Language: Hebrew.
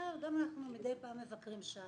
גם אנחנו מדי פעם מבקרים שם.